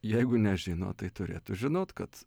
jeigu nežino tai turėtų žinot kad